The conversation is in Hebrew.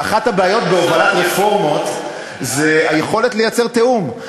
ואחת הבעיות בהובלת רפורמות היא היכולת לייצר תיאום.